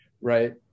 Right